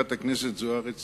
חברת הכנסת זוארץ